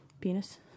Penis